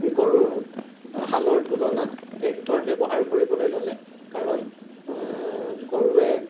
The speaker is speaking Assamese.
গৰুৰ হালৰ তুলনাত ট্ৰেক্টৰ ৱহাৰ কৰিবলৈ ল'লে কাৰণ গৰুৱে